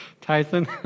Tyson